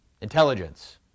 intelligence